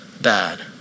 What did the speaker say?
bad